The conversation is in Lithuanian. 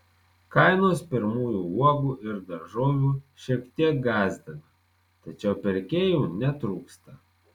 kainos pirmųjų uogų ir daržovių šiek tiek gąsdina tačiau pirkėjų netrūksta